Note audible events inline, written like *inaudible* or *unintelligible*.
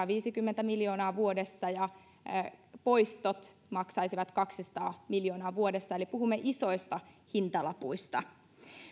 *unintelligible* viisikymmentä miljoonaa vuodessa ja tulorajan poisto maksaisi kaksisataa miljoonaa vuodessa eli puhumme isoista hintalapuista